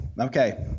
okay